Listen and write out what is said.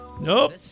Nope